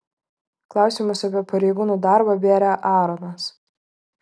klausimus apie pareigūnų darbą bėrė aaronas